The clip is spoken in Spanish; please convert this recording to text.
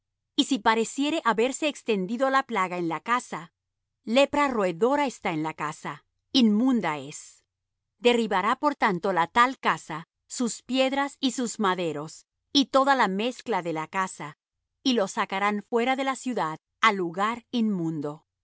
y si pareciere haberse extendido la plaga en la casa lepra roedora está en la casa inmunda es derribará por tanto la tal casa sus piedras y sus maderos y toda la mezcla de la casa y lo sacará fuera de la ciudad á lugar inmundo